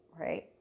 Right